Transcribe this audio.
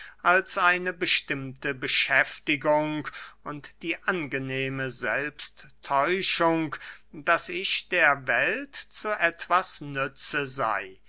als eine bestimmte beschäftigung und die angenehme selbsttäuschung daß ich der welt zu etwas nütze sey